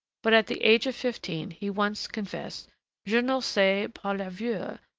but at the age of fifteen he once confessed je n'osais pas l'avouer,